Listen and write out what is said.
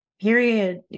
period